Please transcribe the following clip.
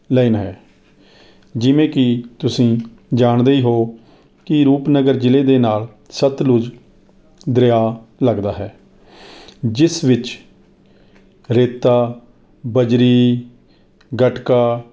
line ਹੈ ਜਿਵੇਂ ਕਿ ਤੁਸੀਂ ਜਾਣਦੇ ਹੀ ਹੋ ਕਿ ਰੂਪਨਗਰ ਜ਼ਿਲ੍ਹੇ ਦੇ ਨਾਲ ਸਤਲੁਜ ਦਰਿਆ ਲੱਗਦਾ ਹੈ ਜਿਸ ਵਿੱਚ ਰੇਤਾ ਬਜਰੀ ਗਟਕਾ